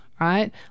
right